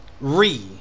re